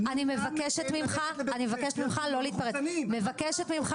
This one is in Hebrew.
--- אני מבקשת ממך לא להתפרץ.